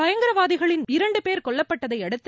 பயங்கரவாதிகள் இரண்டு பேர் கொல்லப்பட்டதையடுத்து